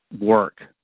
work